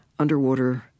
Underwater